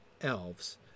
elves